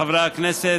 חברי הכנסת,